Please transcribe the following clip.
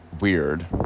weird